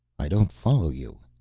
i don't follow you?